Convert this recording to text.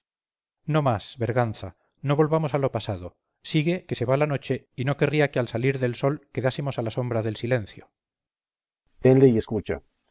no más berganza no volvamos a lo pasado sigue que se va la noche y no querría que al salir del sol quedásemos a la sombra del silencio berganza tenle y escucha